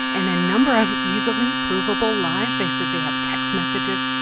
and a number of easily provable lies. they said they have text messages,